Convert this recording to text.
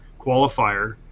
qualifier